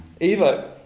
Evo